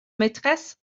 maîtresse